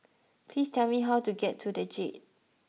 please tell me how to get to The Jade